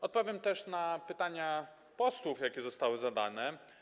Odpowiem też na pytania posłów, jakie zostały zadane.